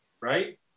right